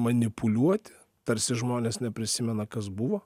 manipuliuoti tarsi žmonės neprisimena kas buvo